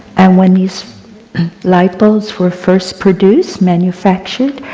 and when these light bulbs were first produced, manufactured,